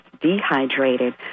dehydrated